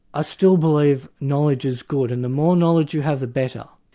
ah still believe knowledge is good and the more knowledge you have the better,